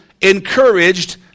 encouraged